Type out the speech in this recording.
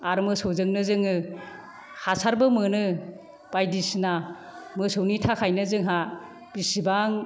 आरो मोसौजोंनो जोङो हासारबो मोनो बायदिसिना मोसौनि थाखायनो जोंहा बिसिबां